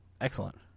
Excellent